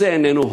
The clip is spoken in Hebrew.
זה לא הומני.